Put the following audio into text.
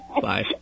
Bye